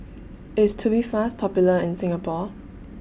IS Tubifast Popular in Singapore